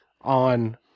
on